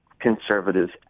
conservatives